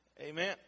Amen